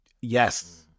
Yes